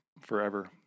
forever